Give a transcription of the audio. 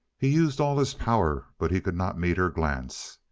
he used all his power, but he could not meet her glance.